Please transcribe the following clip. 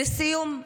לסיום,